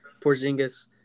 Porzingis